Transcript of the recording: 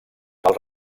cal